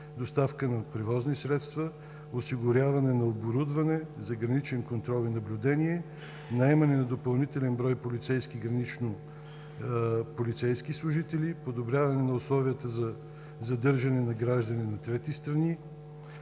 доставка на превозни средства, осигуряване на оборудване за граничен контрол и наблюдение, наемане на допълнителен брой полицейски служители, подобряване на условията за задържане на граждани на трети страни